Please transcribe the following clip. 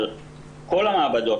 על כל המעבדות,